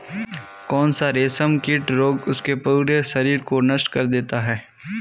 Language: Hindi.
कौन सा रेशमकीट रोग उसके पूरे शरीर को नष्ट कर देता है?